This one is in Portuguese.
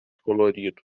colorido